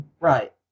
Right